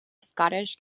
scottish